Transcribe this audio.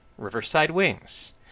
riversidewings